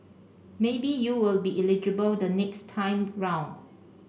maybe you will be eligible the next time round